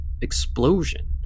explosion